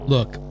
Look